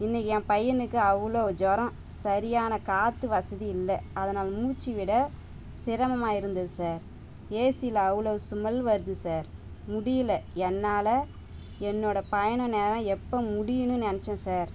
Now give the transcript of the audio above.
இன்னைக்கி என் பையனுக்கு அவ்வளோ ஜொரம் சரியான காற்று வசதி இல்லை அதனால் மூச்சி விட சிரமமாக இருந்தது சார் ஏசில அவ்வளோ ஸ்மெல் வருது சார் முடியல என்னால் என்னோடய பயண நேரம் எப்போ முடியும்னு நினச்சேன் சார்